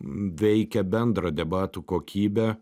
veikia bendrą debatų kokybę